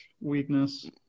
weakness